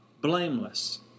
blameless